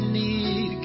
need